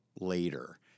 later